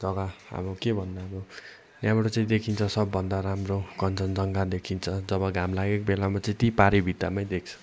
जग्गा अब के भन्नु अब यहाँबाट चाहिँ देखिन्छ सबभन्दा राम्रो कञ्चनजङ्घा देखिन्छ जब घाम लागेको बेलामा चाहिँ त्यहीँ पारि भित्तामै देख्छ